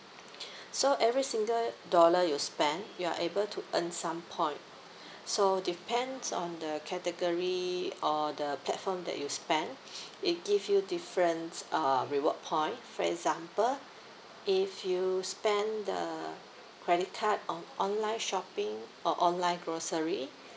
so every single dollar you spend you're able to earn some point so depends on the category or the platform that you spent it give you different uh reward point for example if you spend the credit card on online shopping or online grocery